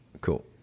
cool